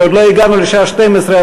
כי עוד לא הגענו לשעה 12:00,